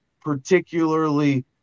particularly